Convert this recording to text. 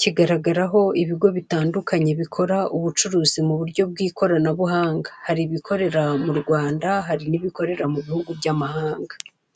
kigaragaraho ibigo bitandukanye bikora ubucuruzi mu buryo bw'ikoranabuhanga, hari ibikorera mu Rwanda hari n'ibikorera mu bihugu by'amahanga.